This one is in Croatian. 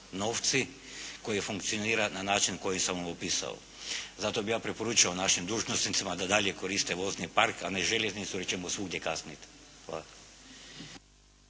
novci koji funkcionira na način koji sam vam opisao. Zato bih ja preporučio našim dužnosnicima da dalje koriste vozni park a ne željeznicu jer ćemo svugdje kasniti. Hvala.